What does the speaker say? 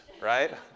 right